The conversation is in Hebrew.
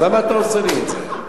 אז למה אתה עושה לי את זה?